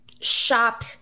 shop